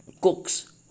cooks